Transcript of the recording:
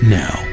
now